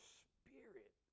spirit